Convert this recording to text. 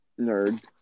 Nerd